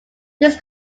this